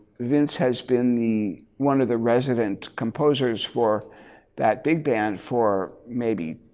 vince has been the one of the resident composers for that big band for maybe